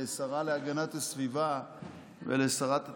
לשרה להגנת הסביבה ולשרת התחבורה,